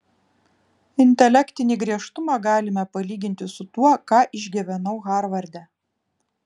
intelektinį griežtumą galime palyginti su tuo ką išgyvenau harvarde